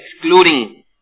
excluding